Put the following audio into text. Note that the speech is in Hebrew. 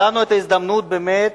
נתנו את ההזדמנות, באמת,